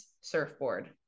surfboard